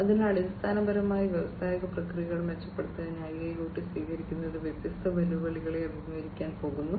അതിനാൽ അടിസ്ഥാനപരമായി വ്യാവസായിക പ്രക്രിയകൾ മെച്ചപ്പെടുത്തുന്നതിന് IIoT സ്വീകരിക്കുന്നത് വ്യത്യസ്ത വെല്ലുവിളികളെ അഭിമുഖീകരിക്കാൻ പോകുന്നു